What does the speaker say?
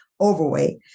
overweight